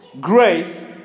grace